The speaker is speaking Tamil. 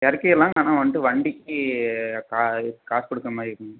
இறக்கிறலாம் ஆனால் வந்ட்டு வண்டிக்கு காசு கொடுக்குறமாரி இருக்குங்க